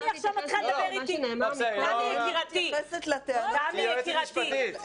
היא יועצת משפטית,